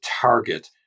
target